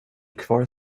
kvar